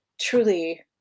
truly